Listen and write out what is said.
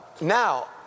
Now